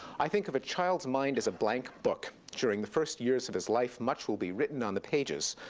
i think of a child's mind as a blank book. during the first years of its life, much will be written on the pages.